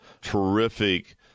terrific